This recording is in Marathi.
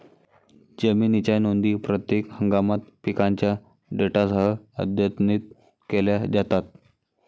जमिनीच्या नोंदी प्रत्येक हंगामात पिकांच्या डेटासह अद्यतनित केल्या जातात